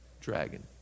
dragon